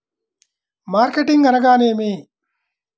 Marketing అనగానేమి?